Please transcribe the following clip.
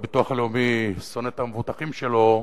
והביטוח הלאומי שונא את המבוטחים שלו,